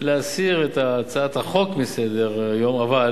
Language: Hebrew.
להסיר את הצעת החוק מסדר-היום, אבל